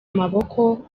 amaboko